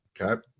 okay